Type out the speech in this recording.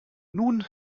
nun